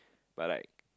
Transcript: but like